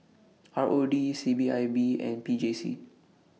R O D C P I B and P J C